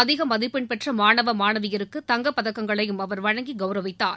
அதிக மதிப்பெண் பெற்ற மாணவ மாணவியருக்கு தங்கப்பதக்கங்களையும் அவர் வழங்கி கௌரவித்தார்